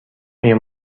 آیا